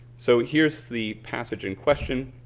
so here's the passage in question.